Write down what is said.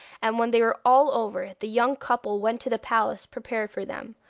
and when they were all over the young couple went to the palace prepared for them,